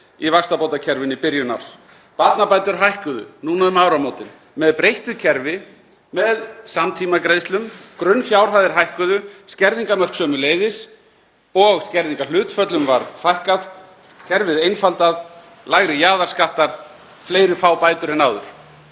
í vaxtabótakerfinu í byrjun árs. Barnabætur hækkuðu núna um áramótin með breyttu kerfi, með samtímagreiðslum, grunnfjárhæðir hækkuðu, skerðingarmörk sömuleiðis og skerðingarhlutföllum var fækkað, kerfið einfaldað, lægri jaðarskattar, fleiri fá bætur en áður.